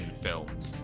films